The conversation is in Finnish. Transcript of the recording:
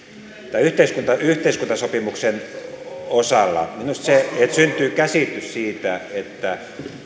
tämän yhteiskuntasopimuksen osalta minusta se että syntyy käsitys siitä että